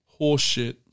Horseshit